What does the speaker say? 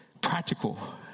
practical